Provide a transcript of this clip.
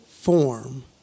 form